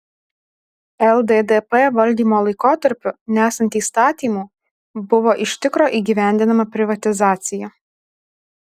lddp valdymo laikotarpiu nesant įstatymų buvo iš tikro įgyvendinama privatizacija